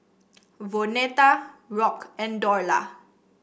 Vonetta Rock and Dorla